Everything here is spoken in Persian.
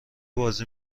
بازی